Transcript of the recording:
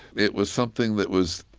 it was something that was,